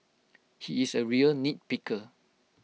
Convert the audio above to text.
he is A real nitpicker